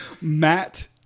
Matt